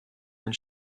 than